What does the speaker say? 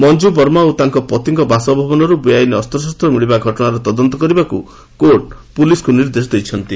ମଞ୍ଜୁବର୍ମା ଓ ତାଙ୍କ ପତିଙ୍କ ବାସଭବନରୁ ବେଆଇନ୍ ଅସ୍ତ୍ରଶସ୍ତ୍ର ମିଳିବା ଘଟଣାର ତଦନ୍ତ କରିବାକୁ କୋର୍ଟ ପୁଲିସକୁ ନିର୍ଦ୍ଦେଶ ଦେଇଛନ୍ତି